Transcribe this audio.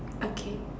okay